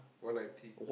one ninety